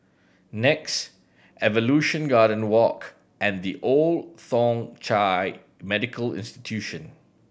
NEX Evolution Garden Walk and The Old Thong Chai Medical Institution